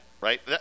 Right